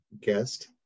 guest